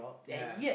ya